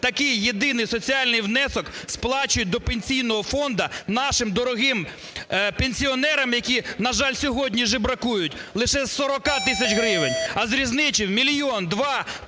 такий єдиний соціальний внесок сплачують до Пенсійного фонду нашим дорогим пенсіонерам, які, на жаль, сьогодні жебракують, лише із 40 тисяч гривень, а з різниці у мільйон, два,